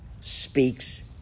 speaks